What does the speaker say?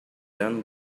done